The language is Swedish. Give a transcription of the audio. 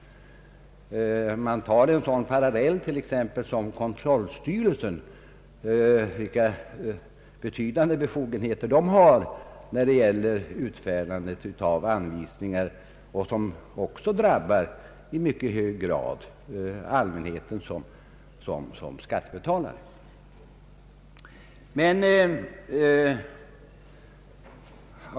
Vi kan dra en parallell och se vilka betydande befogenheter exempelvis kontrollstyrelsen har när det gäller utfärdande av anvisningar som även i hög grad drabbar allmänheten som skattebetalare.